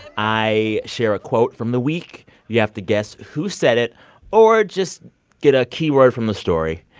i share a quote from the week. you have to guess who said it or just get a key word from the story.